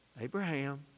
Abraham